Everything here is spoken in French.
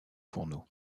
fourneau